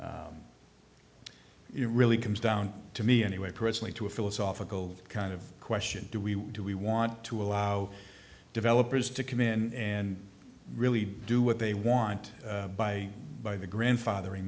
it really comes down to me anyway personally to a philosophical kind of question do we do we want to allow developers to commit and really do what they want by by the grandfather